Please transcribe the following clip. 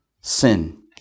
sin